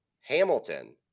Hamilton